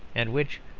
and which,